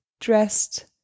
dressed